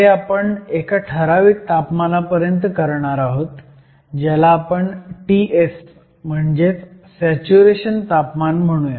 हे आपण एका ठराविक तापमानापर्यंत करणार आहोत ज्याला आपण Ts म्हणजेच सॅच्युरेशन तापमान म्हणूयात